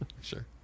Sure